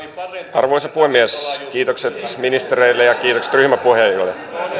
arvoisa puhemies kiitokset ministereille ja kiitokset ryhmäpuhujille